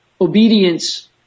obedience